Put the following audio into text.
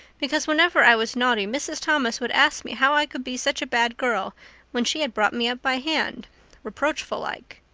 because whenever i was naughty mrs. thomas would ask me how i could be such a bad girl when she had brought me up by hand reproachful-like.